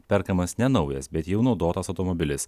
perkamas ne naujas bet jau naudotas automobilis